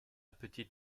petite